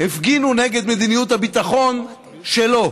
הפגינו נגד מדיניות הביטחון שלו.